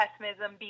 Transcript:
pessimism